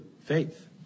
Faith